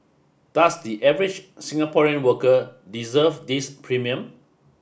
does the average Singaporean worker deserve this premium